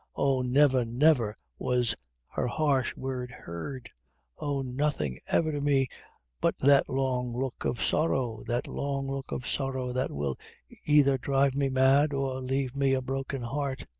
oh, never, never was her harsh word heard oh, nothing ever to me but that long look of sorrow that long look of sorrow, that will either drive me mad, or lave me a broken heart!